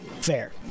Fair